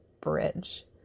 Bridge